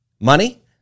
money